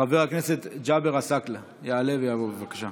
חבר הכנסת ג'אבר עסאקלה יעלה ויבוא, בבקשה.